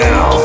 Now